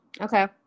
Okay